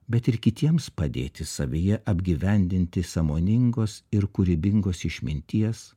bet ir kitiems padėti savyje apgyvendinti sąmoningos ir kūrybingos išminties